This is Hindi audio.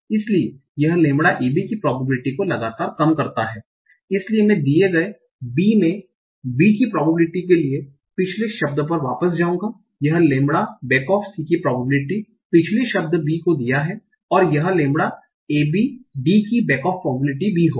इसलिए यह लैम्ब्डा ए बी की probability को लगातार कम करता है इसलिए मैं दिए गए बी में बी की प्रॉबबिलिटि के लिए पिछले शब्द पर वापस जाऊंगा यह लैम्ब्डा बैक ऑफ c की प्रॉबबिलिटि पिछले शब्द b को दिया और यह लैम्ब्डा ए बी d की बैक ऑफ प्रोबबिलिटी बी होगा